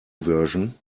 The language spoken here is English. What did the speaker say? version